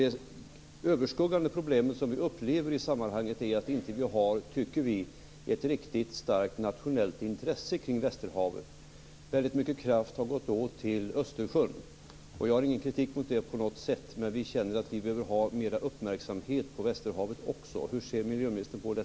Det överskuggande problemet är att vi inte tycker att vi har ett riktigt starkt nationellt intresse kring västerhavet. Väldigt mycket kraft har gått åt till Östersjön. Jag har ingen kritik mot det på något sätt, men vi känner att vi också behöver mer uppmärksamhet på västerhavet.